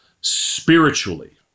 spiritually